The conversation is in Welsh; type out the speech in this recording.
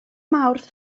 mawrth